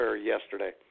yesterday